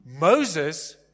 Moses